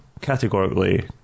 categorically